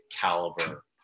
caliber